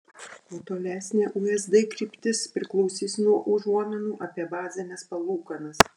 o tolesnė usd kryptis priklausys nuo užuominų apie bazines palūkanas